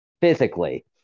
physically